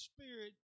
Spirit